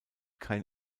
kein